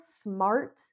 smart